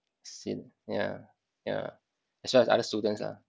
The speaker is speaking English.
sin~ yeah yeah as well as other students ah